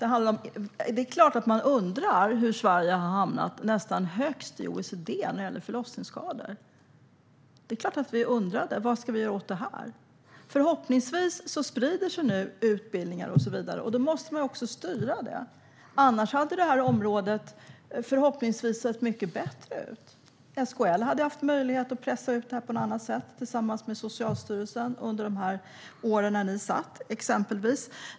Det är klart att man undrar hur Sverige har hamnat nästan högst i OECD när det gäller förlossningsskador. Vad ska vi göra åt det? Förhoppningsvis sprider sig nu utbildningar och så vidare. Men de måste styras. Annars hade detta område sett förhoppningsvis bättre ut. SKL hade haft möjlighet att tillsammans med Socialstyrelsen få ut frågorna på ett bättre sätt under åren ni satt i regeringen.